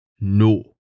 No